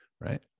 right